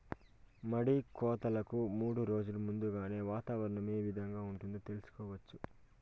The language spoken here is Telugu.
మడి కోతలకు మూడు రోజులు ముందుగా వాతావరణం ఏ విధంగా ఉంటుంది, తెలుసుకోవచ్చా?